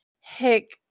hick